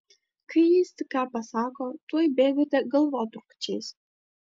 kai jis tik ką pasako tuoj bėgate galvotrūkčiais